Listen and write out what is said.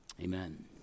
amen